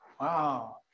Wow